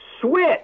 switch